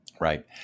Right